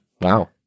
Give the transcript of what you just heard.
Wow